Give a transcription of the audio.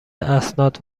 اسناد